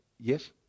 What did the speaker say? yes